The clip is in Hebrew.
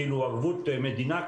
ערבות מדינה,